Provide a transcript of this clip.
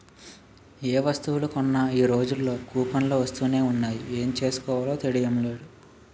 ఏ వస్తువులు కొన్నా ఈ రోజుల్లో కూపన్లు వస్తునే ఉన్నాయి ఏం చేసుకోవాలో తెలియడం లేదు